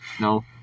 No